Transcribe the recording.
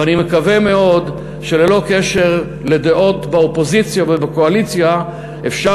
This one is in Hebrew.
ואני מקווה מאוד שללא קשר לדעות באופוזיציה ובקואליציה אפשר